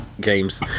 Games